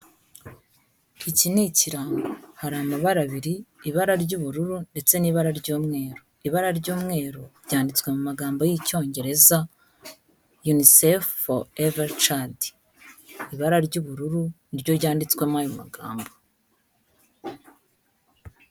Iki ni ikirango. Hari amabara abiri, ibara ry'ubururu ndetse n'ibara ry'umweru. Ibara ry'umweru ryanditswe mu magambo y'Icyongereza Unicef for every child. Ibara ry'ubururu ni ryo ryanditswemo ayo magambo.